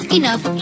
enough